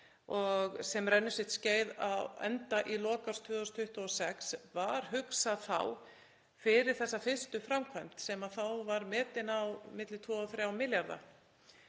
og sem rennur sitt skeið á enda í lok árs 2026, var hugsað fyrir þessa fyrstu framkvæmd sem þá var metin á milli 2 og 3 milljarða.